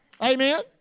Amen